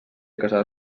casar